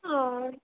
आओर